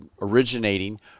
originating